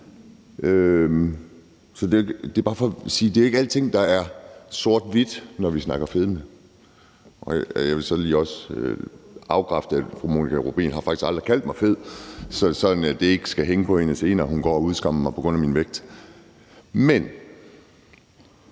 at det ikke er alting, der er sort-hvidt, når vi snakker fedme. Jeg vil så også lige bekræfte, at fru Monika Rubin faktisk aldrig har kaldt mig fed, sådan at det ikke skal hænge på hende senere, at hun går og udskammer mig på grund af min vægt. Men